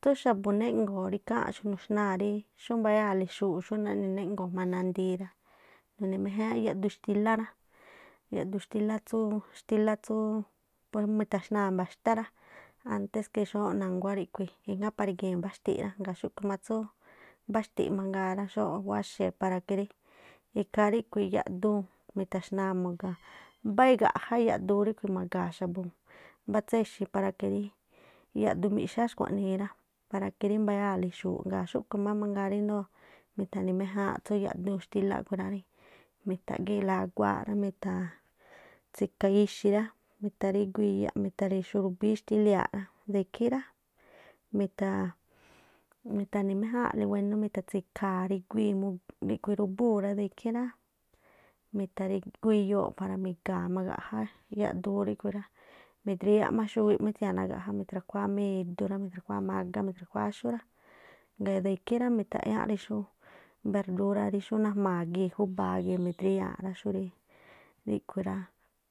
Tsú xa̱bu̱ néꞌŋgo̱o̱ rí ikháa̱nꞌxu̱ꞌ nu̱xnaa̱ rí xú mbayáa̱le xu̱u̱ꞌ xú naꞌni néꞌngo̱o̱ jma̱a nandii rá, nuni̱ méj́́́́́áánꞌ yaꞌduun xtílá rá, yaꞌdu xtíla tsú̱, xtílá tsúú puru mitaxnaa̱ mba̱xtá rá, antes que xóóꞌ na̱nguá ijŋápari̱gii̱n mbáxti̱ꞌ rá, ngaa̱ xúꞌkhu̱ má tsú mbáxti̱ꞌ mangaa rá xóóꞌ wáxee̱ para que rí ikhaa ríꞌkhui̱ yaꞌduun mi̱thaxnaa̱ mu̱ga̱a̱n, mbá igaꞌjá yaꞌduun ríꞌkhui̱ ma̱ga̱a̱n xa̱bu̱, mbá tséxi̱ para que rí, yaꞌdu miꞌxá xkhua̱nii para que rí mba̱yaa̱le xu̱u̱ꞌ. Xúꞌkhui̱ má mangaa ríndoo mitha̱ni̱ méjáánꞌ tsú yaꞌdu xtíla a̱ꞌkhui̱ rá, mi̱tha̱ꞌgii̱la aguaaꞌ rá, mitha̱a̱ tsikha̱ ixi̱ rá, mitharígu iyaꞌ, mitha̱rexubíí xtília̱aꞌ rá, de ikhí rá, mitha̱ni̱ méjáa̱nꞌ rí wénú, mitha̱tsi̱kha̱a̱ ríguíi̱ mugꞌ- ríꞌkhui̱- rá rúbúu̱ rá de ikhí rá, mitha̱rígu iyoo̱ꞌ para miga̱a̱ ma̱gaꞌjá yaꞌduun tíꞌkhui̱ rá, midriyáꞌ má xúwiꞌ mú íthia̱a nagaꞌjá, mi̱thra̱khuáá má idú rá, mi̱thra̱khuáá mágá, mi̱thra̱khuáá áxú rá, ngaa̱ de ikhí rá mitha̱ꞌyá xú berdúrá ri xú najma̱a̱ gii̱ júbá gii̱ mi̱driyaa̱ꞌ rá. xú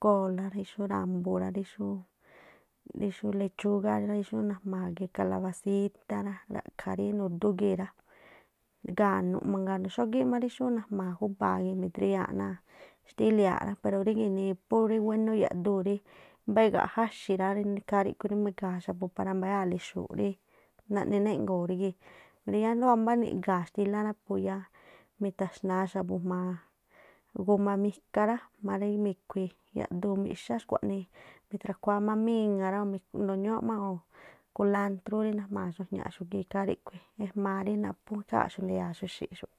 kól rá, rí xú ra̱mbu̱ rá, rí xú lechúgá, rí xú nama̱a̱ gii̱ kalabasítá rá, ra̱ꞌkha̱ rí nu̱dú gii̱ rá, ga̱nu̱ꞌ xógíꞌ má rí xú najma̱a̱ júbaa̱ gii̱ mi̱driyaa̱ꞌ náa̱ xtíliáa̱ꞌ rá. Pero rí ginii purí wénú yaꞌduun rí mbá igaꞌjá xi̱ rá, ikhaa ríꞌkhui̱ rí mi̱ga̱a̱n xa̱bu̱ para mbayáa̱le xu̱u̱ꞌ rí naꞌniꞌ néꞌngo̱̱o̱ rí gii̱. Rí yáá ríndoo̱ wámbá niꞌga̱a̱ xtílá rá pú yáa mi̱ta̱xna̱a xa̱bu̱ jma̱a guma mika rá jma̱a rí mi̱khui̱ yaꞌduu miꞌxá xkua̱ꞌnii, mithra̱khuáá má míŋa̱ rá, o̱ ndu ñúú má o̱ kulántrú rí najma̱a̱ xuajñaꞌxu̱ gii̱. ikhaa ríꞌkhui̱ ejmaa rí naphú ikháa̱nxu̱ rí ndu̱ya̱a̱xu̱ xi̱ꞌxu̱.